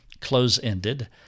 close-ended